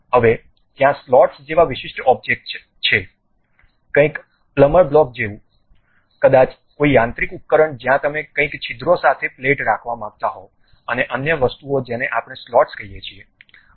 હવે ત્યાં સ્લોટ્સ જેવા વિશિષ્ટ ઑબ્જેક્ટ છે કંઈક પ્લમર બ્લોક જેવું કદાચ કોઈ યાંત્રિક ઉપકરણ જ્યાં તમે કંઈક છિદ્રો સાથે પ્લેટ રાખવા માંગતા હોવ અને અન્ય વસ્તુઓ જેને આપણે સ્લોટ્સ કહીએ છીએ